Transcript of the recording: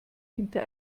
hinter